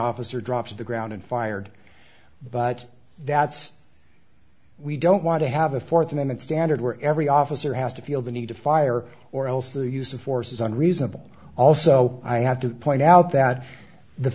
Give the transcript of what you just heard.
officer dropped to the ground and fired but that's we don't want to have a fourth amendment standard where every officer has to feel the need to fire or else the use of force is unreasonable also i have to point out that the